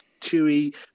chewy